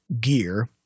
gear